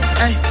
hey